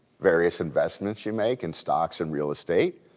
various investments you make in stocks and real estate,